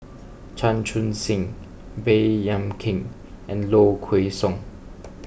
Chan Chun Sing Baey Yam Keng and Low Kway Song